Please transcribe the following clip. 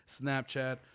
Snapchat